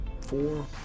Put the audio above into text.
four